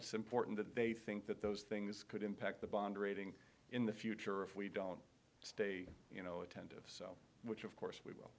it's important that they think that those things could impact the bond rating in the future if we don't stay you know attentive which of course we